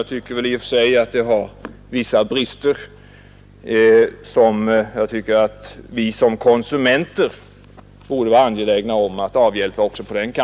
I och för sig tycker jag nog att det uppvisar vissa uttalanden, vilka vi som konsumenter borde vara angelägna om att bevaka.